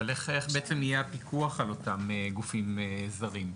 אבל איך יהיה הפיקוח על אותם גופים זרים?